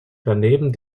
daneben